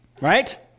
right